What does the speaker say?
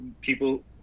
People